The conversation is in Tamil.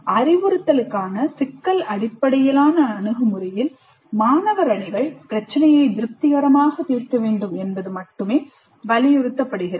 அறிவுறுத்தலுக்கான சிக்கல் அடிப்படையிலான அணுகுமுறையில் மாணவர் அணிகள் பிரச்சினையை திருப்திகரமாக தீர்க்க வேண்டும் என்பது மட்டுமே வலியுறுத்தப்படுகிறது